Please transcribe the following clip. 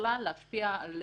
ככלל להשפיע על